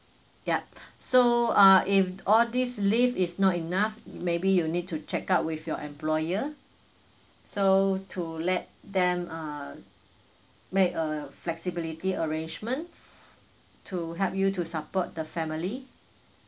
yup so ah if all these leave is not enough maybe you need to check out with your employer so to let them uh make a flexibility arrangement f~ to help you to support the family